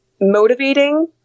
motivating